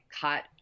cut